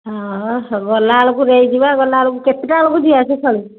ହଁ ଗଲାବେଳକୁ ନେଇଯିବା ଗଲାବେଳକୁ କେତେଟା ବେଳକୁ ଯିବା ଷ୍ଟେସନ୍